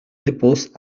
réponse